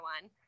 one